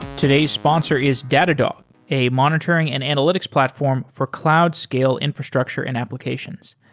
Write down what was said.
today's sponsor is datadog, a monitoring and analytics platform for cloud scale infrastructure and applications.